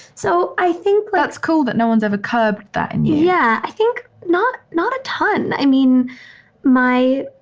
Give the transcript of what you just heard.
so i think that's cool that no one's ever curbed that and yeah yeah i think not, not a ton. i mean my,